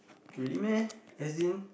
really meh as in